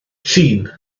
llun